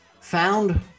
found